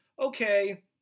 okay